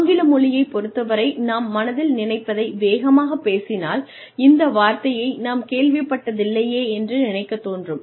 ஆங்கில மொழியைப் பொறுத்தவரை நாம் மனதில் நினைப்பதை வேகமாக பேசினால் இந்த வார்த்தையை நாம் கேள்விப்பட்டதில்லையே என்று நினைக்கத் தோன்றும்